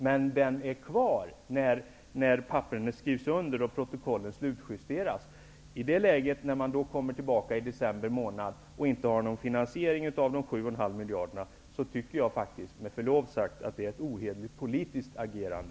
Men den är kvar när papperen skrivs under och när protokollen slutjusteras. När Socialdemokraterna i det läget kommer tillbaka i december och inte har något förslag till finansiering av de 7,5 miljarderna, tycker jag faktiskt, med förlov sagt, herr talman, att det är ett ohederligt politiskt agerande.